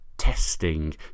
testing